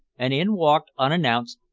and in walked, unannounced,